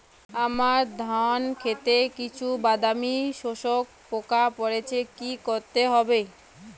আমার ধন খেতে কিছু বাদামী শোষক পোকা পড়েছে কি করতে হবে?